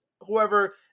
whoever